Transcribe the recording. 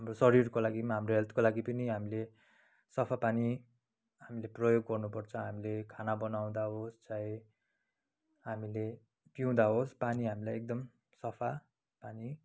हाम्रो शरीरको लागि पनि हाम्रो हेल्थको लागि पनि हामीले सफा पानी हामीले प्रयोग गर्नु पर्छ हामीले खाना बनाउँदा होस् चाहे हामीले पिउँदा होस् पानी हामीलाई एकदम सफा पानी